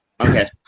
okay